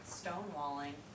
stonewalling